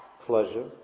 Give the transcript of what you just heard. pleasure